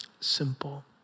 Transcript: Simple